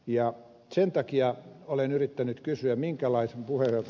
ja sen takia olen yrittänyt kysyä voi kuvata